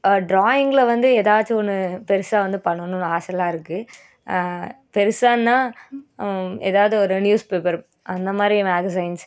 டிராயிங்க்கில் வந்து ஏதாச்சும் ஒன்று பெருசாக வந்து பண்ணணும்னு ஆசைலாம் இருக்குது பெருசான்னா ஏதாவது ஒரு நியூஸ் பேப்பர் அந்த மாதிரி மேகஸைன்ஸ்